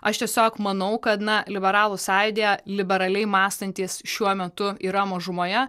aš tiesiog manau kad na liberalų sąjūdyje liberaliai mąstantys šiuo metu yra mažumoje